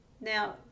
now